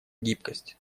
гибкость